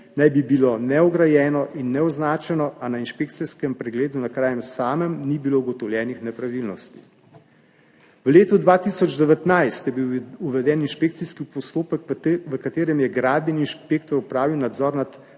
naj bi bilo neograjeno in neoznačeno, a na inšpekcijskem pregledu na kraju samem ni bilo ugotovljenih nepravilnosti. V letu 2019 je bil uveden inšpekcijski postopek, v katerem je gradbeni inšpektor opravil nadzor nad